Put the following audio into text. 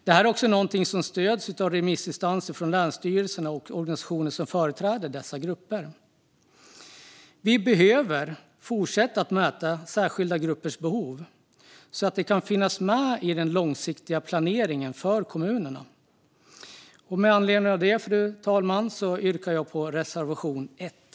Det här är också någonting som stöds av remissvar från länsstyrelserna och organisationer som företräder dessa grupper. Vi behöver fortsätta att mäta särskilda gruppers behov så att det kan finnas med i den långsiktiga planeringen för kommunerna. Med anledning av detta, fru talman, yrkar jag bifall till reservation 1.